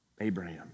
Abraham